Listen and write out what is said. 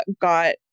got